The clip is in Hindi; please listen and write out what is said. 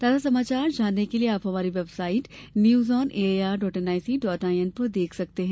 ताजा समाचार जानने के लिए आप हमारी website news on A I R dot N I C dot I N देख सकते हैं